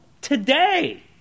today